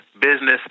business